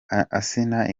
asinah